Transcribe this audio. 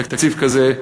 תקציב כזה,